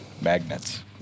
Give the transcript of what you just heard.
Magnets